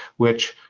which